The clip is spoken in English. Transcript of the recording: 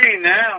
now